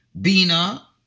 Bina